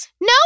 No